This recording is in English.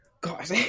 God